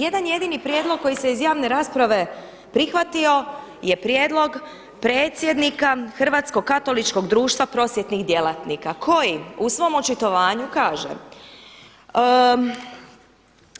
Jedan jedini prijedlog koji se iz javne rasprave prihvatio je prijedlog predsjednika Hrvatskog katoličkog društva prosvjetnih djelatnika koji u svom očitovanju kaže: